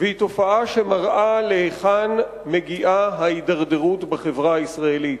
והיא תופעה שמראה להיכן מגיעה ההידרדרות בחברה הישראלית.